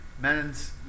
Men's